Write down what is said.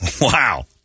Wow